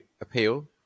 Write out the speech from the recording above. appeal